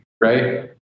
Right